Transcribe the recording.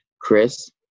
Chris